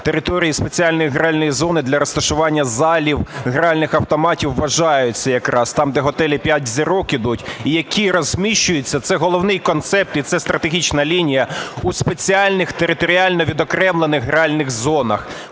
тер иторією спеціальної гральної зони для розташування залів гральних автоматів вважаються там, де готелі "п'ять зірок" ідуть і які розміщуються (це головний концепт, і це стратегічна лінія) у спеціальних територіально відокремлених гральних зонах.